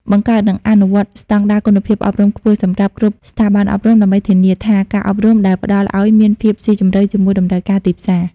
បង្កើត និងអនុវត្តស្តង់ដារគុណភាពអប់រំខ្ពស់សម្រាប់គ្រប់ស្ថាប័នអប់រំ ដើម្បីធានាថាការអប់រំដែលផ្តល់ឱ្យមានភាពស៊ីជម្រៅជាមួយតម្រូវការទីផ្សារ។